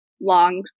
long